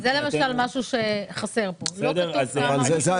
זה למשל משהו שחסר פה, לא כתוב כמה.